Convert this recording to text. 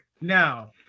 Now